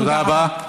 תודה רבה.